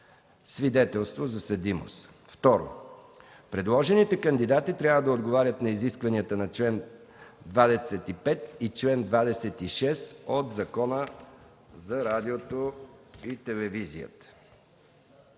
свидетелство за съдимост. 2. Предложените кандидати трябва да отговарят на изискванията на чл. 25 и чл. 26 от Закона за радиото и телевизията.